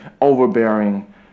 overbearing